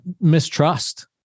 mistrust